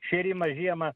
šėrimą žiemą